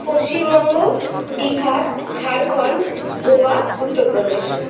Paschimbanga Bihar Jharkhand Goa Uttar Pradesh